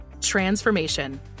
Transformation